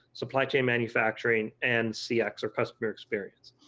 supply chain manufacturing, and cx or customer experience.